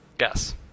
Yes